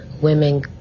women